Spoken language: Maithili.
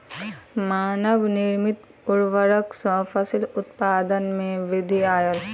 मानव निर्मित उर्वरक सॅ फसिल उत्पादन में वृद्धि आयल